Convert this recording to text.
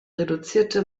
reduzierte